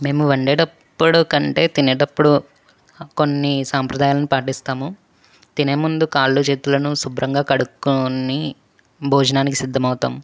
మేము వండేటప్పుడు కంటే తినేటప్పుడు కొన్ని సంప్రదాయాలని పాటిస్తాము తినే ముందు కాళ్ళు చేతులను శుభ్రంగా కడుక్కొని భోజనానికి సిద్ధమవుతాము